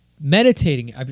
meditating